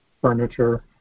furniture